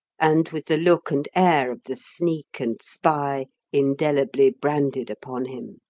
and with the look and air of the sneak and spy indelibly branded upon him.